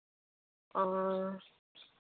ᱚᱻ